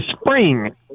spring